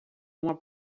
uma